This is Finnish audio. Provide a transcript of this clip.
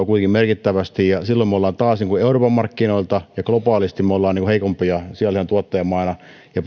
kuitenkin merkittävästi ja silloin me olemme taas euroopan markkinoilla ja globaalisti heikompia sianlihan tuottajamaana ja